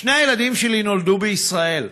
שני הילדים שלי נולדו בישראל.